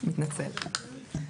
מתנצלת.